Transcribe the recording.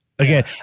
Again